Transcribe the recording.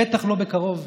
בטח לא בקרוב,